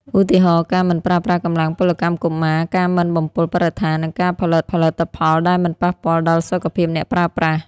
ឧទាហរណ៍ ការមិនប្រើប្រាស់កម្លាំងពលកម្មកុមារ ការមិនបំពុលបរិស្ថាន និងការផលិតផលិតផលដែលមិនប៉ះពាល់ដល់សុខភាពអ្នកប្រើប្រាស់។